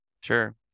Sure